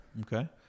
Okay